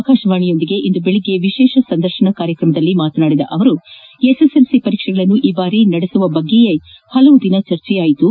ಆಕಾಶವಾಣಿಯೊಂದಿಗೆ ಇಂದು ಬೆಳಗ್ಗೆ ವಿಶೇಷ ಸಂದರ್ಶನ ಕಾರ್ಯಕ್ರಮದಲ್ಲಿ ಮಾತನಾಡಿದ ಅವರು ಎಸ್ಎಸ್ಎಲ್ಸಿ ಪರೀಕ್ಷೆಗಳನ್ನು ಈ ಬಾರಿ ನಡೆಸುವ ಬಗ್ಗೆಯೇ ಪಲವು ದಿನ ಚರ್ಚೆಯಾಯಿತು